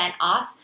off